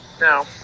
no